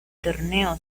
torneo